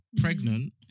pregnant